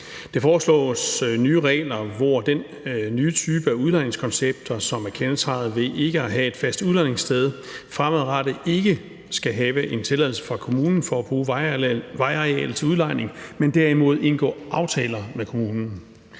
Der foreslås nye regler, hvor den nye type af udlejningskoncepter, som er kendetegnet ved ikke at have et fast udlejningssted, fremadrettet ikke skal have en tilladelse fra kommunen til at bruge vejareal til udlejning, men derimod indgår aftaler med kommunen.